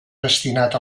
destinat